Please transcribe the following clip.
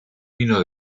vino